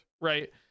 right